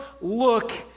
look